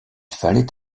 fallait